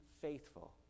faithful